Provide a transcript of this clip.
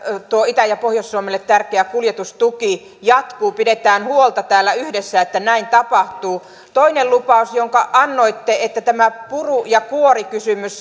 tuo itä ja pohjois suomelle tärkeä kuljetustuki jatkuu pidetään huolta täällä yhdessä että näin tapahtuu toinen lupaus jonka annoitte että tämä puru ja kuorikysymys